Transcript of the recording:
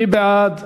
מי בעד?